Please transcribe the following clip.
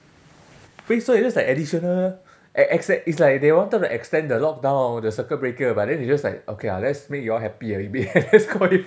phase one is just like additional e~ except it's like they wanted to extend the lockdown or the circuit breaker but then they just like okay ah let's make you all happier let's call it